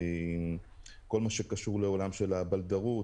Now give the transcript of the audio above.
כל מה שקשור לעולם של הבלדרות,